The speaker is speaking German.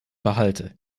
behalte